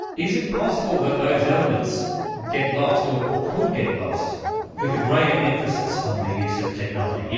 is it possible that those elements get lost or or could get lost with the greater emphasis on the use of technology? you